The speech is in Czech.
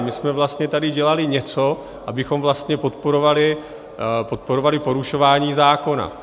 My jsme vlastně tady dělali něco, abychom vlastně podporovali porušování zákona.